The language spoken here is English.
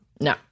No